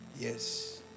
Yes